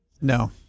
No